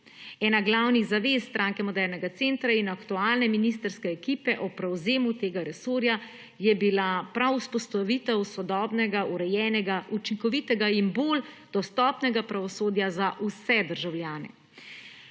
Ena glavnih zavez Stranke modernega centra in aktualne ministrske ekipe o prevzemu tega resorja je bila prav vzpostavitev sodobnega urejenega učinkovitega in bolj dostopnega pravosodja za vse državljane.